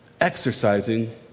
exercising